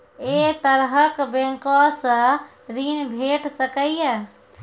ऐ तरहक बैंकोसऽ ॠण भेट सकै ये?